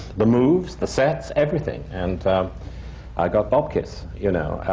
the moves, the sets, everything. and i got bupkes, you know?